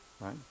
right